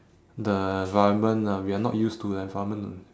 the environment uh we are not used to the environment